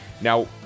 Now